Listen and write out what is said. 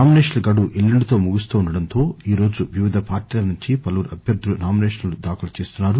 నామినేషన్ల గడువు ఎల్లుండి తో ముగుస్తుండడంతో ఈ రోజు వివిధ పార్లీల నుంచి పలువురు అభ్యర్ధులు నామినేషన్లను దాఖలు చేస్తున్నారు